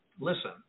Listen